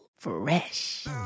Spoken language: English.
Fresh